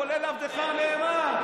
כולל עבדך הנאמן.